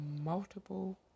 multiple